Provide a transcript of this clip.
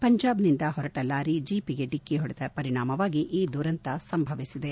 ಪಂಜಾಬ್ನಿಂದ ಹೋರಟ ಲಾರಿ ಜೀಪಿಗೆ ಡಿಕ್ಕಿ ಹೊಡೆದ ಪರಿಣಾಮವಾಗಿ ಈ ದುರಂತ ಸಂಭವಿಸಿದೆ